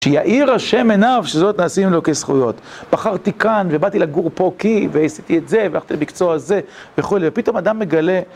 שיאיר השם עיניו, שזאת נעשים לו כזכויות. בחרתי כאן ובאתי לגור פה כי, ועשיתי את זה, והלכתי למקצוע הזה, וכולי, ופתאום אדם מגלה.